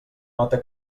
nota